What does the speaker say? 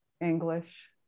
English